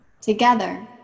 Together